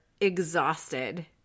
exhausted